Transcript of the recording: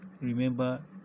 remember